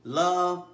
love